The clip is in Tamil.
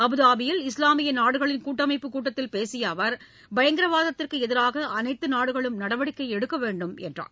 அபுதாபியில் இஸ்லாமிய நாடுகளின் கூட்டமைப்பு கூட்டத்தில் பேசிய அவர் பயங்கரவாதத்திற்கு எதிராக அனைத்து நாடுகளும் நடவடிக்கை எடுக்க வேண்டும் என்றார்